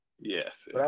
yes